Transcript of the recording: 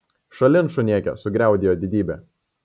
šalin šunėke sugriaudėjo didybė